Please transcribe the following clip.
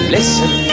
Listen